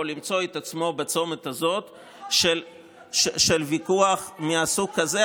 למצוא את עצמו בצומת הזה של ויכוח מסוג כזה.